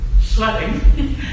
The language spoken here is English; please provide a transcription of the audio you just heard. sweating